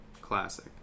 classic